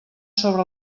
sobre